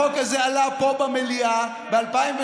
החוק הזה עלה פה במליאה ב-2008,